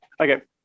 Okay